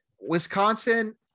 wisconsin